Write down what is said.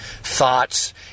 thoughts